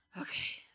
Okay